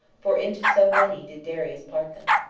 for into so many did darius part them.